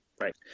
right